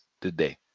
today